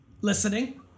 Listening